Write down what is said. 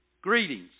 greetings